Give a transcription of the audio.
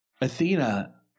Athena